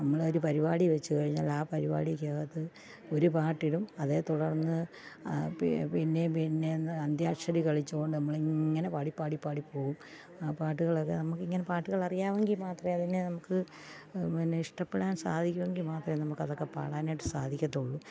നമ്മളൊരു പരിപാടി വെച്ചു കഴിഞ്ഞാൽ ആ പരിപാടിയ്ക്കകത്ത് ഒരു പാട്ടിടും അതേത്തുടർന്ന് പി പിന്നെയും പിന്നെയും അന്ത്യാക്ഷരി കളിച്ചു കൊണ്ട് നമ്മളിങ്ങനെ പാടിപ്പാടിപ്പാടിപ്പോകും ആ പാട്ടുകളൊക്കെ നമുക്കിങ്ങനെ പാട്ടുകളറിയാമെങ്കിൽ മാത്രമേ അതിനെ നമുക്ക് പിന്നെ ഇഷ്ടപ്പെടാൻ സാധിക്കുമെങ്കിൽ മാത്രമേ നമുക്കതൊക്കെ പാടാനായിട്ടു സാധിക്കത്തുള്ളു